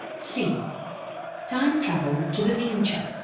c time travel to the future